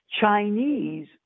Chinese